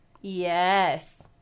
Yes